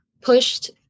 pushed